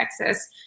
Texas